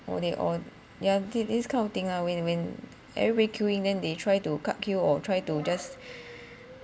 or they or yeah these these kind of thing ah when when everybody queuing then they try to cut queue or try to just